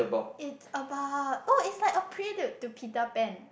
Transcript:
it's about oh it's like a prenup to Peter Pan